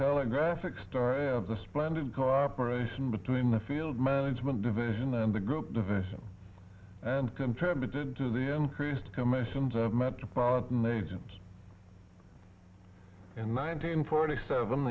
telegraphic story of the splendid cooperation between the field management division and the group division and contributed to the increased dimensions of metropolitan agents in nineteen forty seven